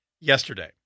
yesterday